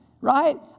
Right